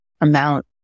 amount